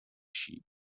sheep